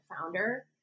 founder